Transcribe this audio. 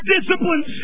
disciplines